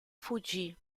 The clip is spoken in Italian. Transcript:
fuggì